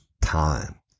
time